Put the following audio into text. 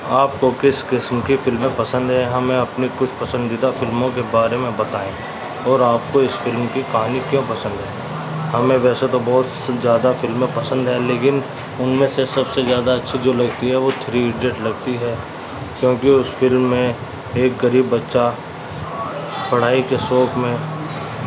آپ کو کس قسم کی فلمیں پسند ہیں ہمیں اپنی کچھ پسندیدہ فلموں کے بارے میں بتائیں اور آپ کو اس فلم کی کہانی کیوں پسند ہے ہمیں ویسے تو بہت زیادہ فلمیں پسند ہیں لیکن ان میں سے سب سے زیادہ اچھی جو لگتی ہے وہ تھری ایڈیٹ لگتی ہے کیونکہ اس فلم میں ایک غریب بچہ پڑھائی کے شوق میں